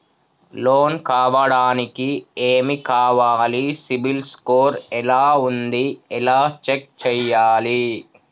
Loan కావడానికి ఏమి కావాలి సిబిల్ స్కోర్ ఎలా ఉంది ఎలా చెక్ చేయాలి?